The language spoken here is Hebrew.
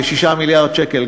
כ-6 מיליארד שקל,